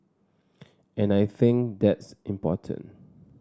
and I think that's important